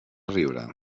riure